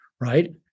right